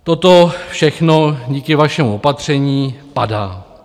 Toto všechno díky vašemu opatření padá.